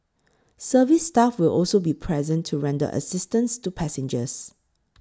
service staff will also be present to render assistance to passengers